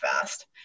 fast